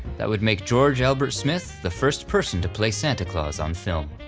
that would make george albert smith the first person to play santa claus on film.